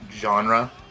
genre